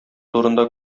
турында